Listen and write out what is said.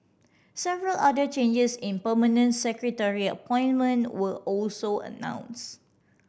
several other changes in permanent secretary appointment were also announced